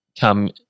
come